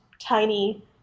tiny